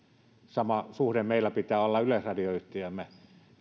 sama suhde meillä pitää olla yleisradio yhtiöömme